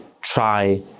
try